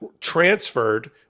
transferred